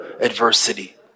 adversity